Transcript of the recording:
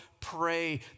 pray